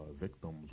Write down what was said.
Victims